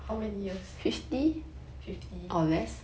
how many years fifty